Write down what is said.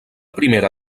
primera